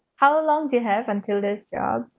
how long they have until this job